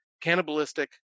cannibalistic